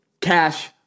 cash